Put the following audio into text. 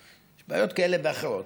יש בעיות כאלה ואחרות,